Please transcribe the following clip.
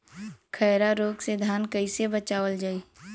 खैरा रोग से धान कईसे बचावल जाई?